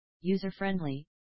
user-friendly